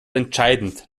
entscheidend